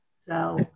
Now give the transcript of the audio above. So-